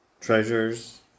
Treasures